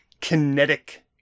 kinetic